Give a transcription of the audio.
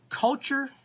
Culture